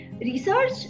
Research